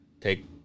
Take